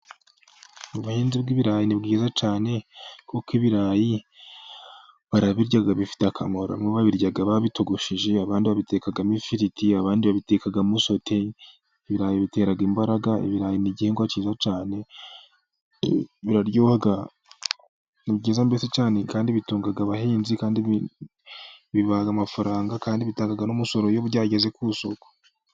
Ububuhinzi n'ibirayi ni bwiza cyane, kuko ibirayi barabirya bifitiye akamaro ababirya, babitogosheje abandi babitekamo ifiriti abandi babitekakamo sote, ibirayi bitera imbaraga, ibirayi n'igihingwa cyiza cyane ibirayi ni byiza cyane kandi bitunga abahinzi, bibaha amafaranga kandi bitanga n'umusoro iyo byageze ku isoko.